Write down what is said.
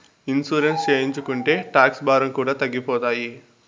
insurance చేయించుకుంటే tax భారం కూడా తగ్గిపోతాయి